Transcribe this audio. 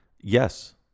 Yes